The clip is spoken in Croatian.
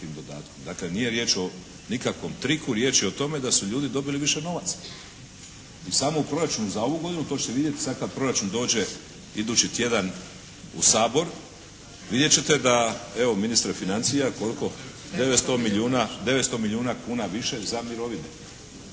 Dakle, nije riječ o nikakvom triku, riječ je o tome da su ljudi dobili više novaca. I u samom proračunu za ovu godinu, to ćete vidjeti sad kad proračun dođe idući tjedan u Sabor, vidjet ćete da evo, ministar financija koliko… …/Upadica se ne